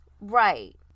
Right